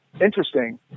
interesting